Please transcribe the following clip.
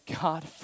God